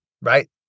right